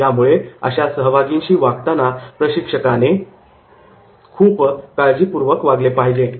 त्यामुळे अशा सहभागिशी वागताना प्रशिक्षकाने खूप काळजीपूर्वक विचारपुर्वक वागले पाहिजे